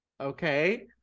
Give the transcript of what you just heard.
Okay